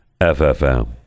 ffm